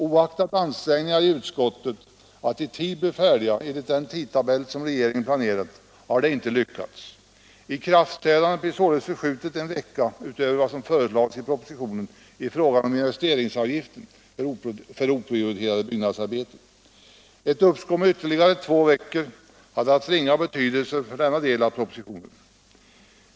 Oaktat ansträngningar i utskottet att i tid bli färdiga enligt den tidtabell som regeringen planerat har detta icke lyckats. Ikraftträdandet blir således förskjutet en vecka utöver vad som föreslagits i propositionen i fråga om investeringsavgiften för oprioriterade byggnadsarbeten. Ett uppskov med ytterligare två veckor hade haft ringa betydelse för denna del av propositionen.